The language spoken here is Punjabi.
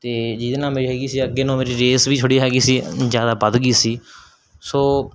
ਅਤੇ ਜਿਹਦੇ ਨਾਲ ਮੇਰੀ ਹੈਗੀ ਸੀ ਅੱਗੇ ਨੂੰ ਮੇਰੀ ਰੇਸ ਵੀ ਥੋੜ੍ਹੀ ਹੈਗੀ ਸੀ ਜ਼ਿਆਦਾ ਵੱਧ ਗਈ ਸੀ ਸੋ